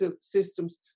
systems